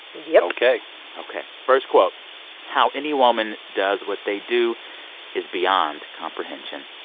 yep ok ok. first quote how any woman does what they do is beyond comprehension.